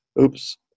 oops